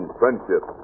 friendship